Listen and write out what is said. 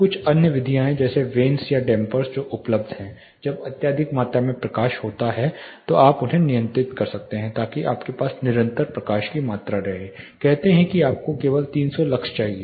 कुछ अन्य विधियाँ भी हैं जैसे वेन्स या डैम्पर्स जो उपलब्ध हैं जब अत्यधिक मात्रा में प्रकाश होता है तो आप उन्हें नियंत्रित कर सकते हैं ताकि आपके पास निरंतर प्रकाश की मात्रा रहे कहते हैं कि आपको केवल 300 लक्स चाहिए